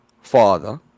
father